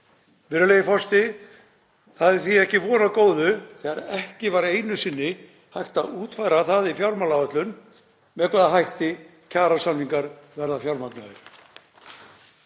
Virðulegi forseti. Það er því ekki von á góðu þegar ekki var einu sinni hægt að útfæra það í fjármálaáætlun með hvaða hætti kjarasamningar verði fjármagnaðir.